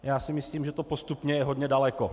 Já si myslím, že to postupně je hodně daleko.